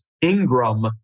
Ingram